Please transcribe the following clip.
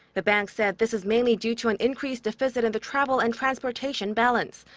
the bank said this is mainly due to an increased deficit in the travel and transportation balance.